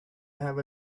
have